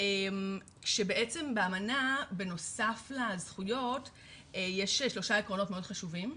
כשבעצם באמנה בנוסף לזכויות יש שלושה עקרונות מאוד חשובים,